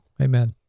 Amen